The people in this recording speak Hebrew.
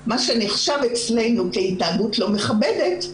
מה שנחשב אצלנו כהתנהגות לא מכבדת,